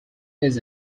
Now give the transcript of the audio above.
his